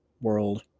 world